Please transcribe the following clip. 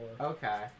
Okay